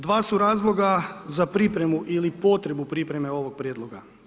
Dva su razloga za pripremu ili potrebu pripreme ovog prijedloga.